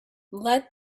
let